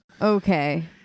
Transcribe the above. Okay